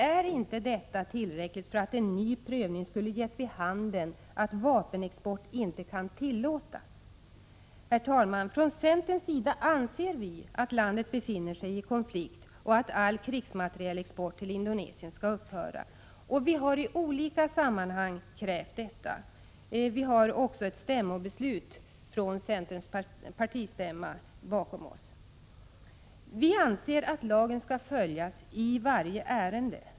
Ärinte detta tillräckligt för att en ny prövning borde ha gett vid handen att vapenexport inte kan tillåtas? Från centerns sida anser vi att landet befinner sig i konflikt och att all krigsmaterielexport till Indonesien skall upphöra. Vi har i olika sammanhang krävt det. Vi har också ett beslut från centerns partistämma bakom oss. Vi anser att lagen skall följas i varje ärende.